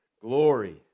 Glory